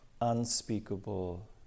unspeakable